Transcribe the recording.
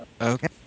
Okay